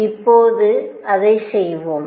இப்போது அதை செய்வோம்